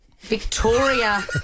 Victoria